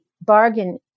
bargain